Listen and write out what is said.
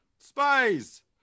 spies